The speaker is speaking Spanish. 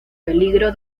peligro